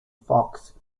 fox